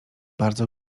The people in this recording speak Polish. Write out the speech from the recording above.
bardzo